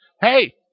Hey